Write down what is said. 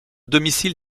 domicile